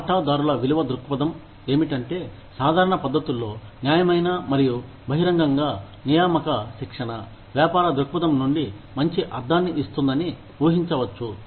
వాటాదారుల విలువ దృక్పథం ఏమిటంటే సాధారణ పద్ధతుల్లో న్యాయమైన మరియు బహిరంగంగా నియామక శిక్షణ వ్యాపార దృక్పథం నుండి మంచి అర్థాన్ని ఇస్తుందని ఊహించవచ్చు